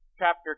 chapter